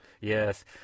Yes